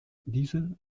diese